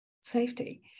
safety